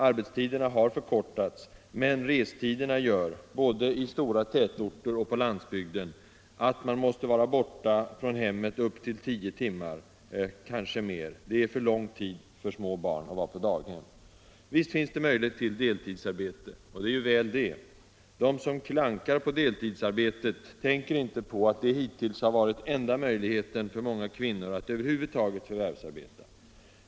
Arbetstiderna har förkortats, men restiderna gör, både i stora tätorter och på landsbygden, att man måste vara borta från hemmet upp till tio timmar, kanske mer. Det är för lång tid för små barn att vara på daghem. Visst finns det möjlighet till deltidsarbete, och väl är det. De som klankar på deltidsarbetet tänker inte på att det hittills har varit enda möjligheten för många kvinnor att över huvud taget förvärvsarbeta.